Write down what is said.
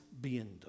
viendo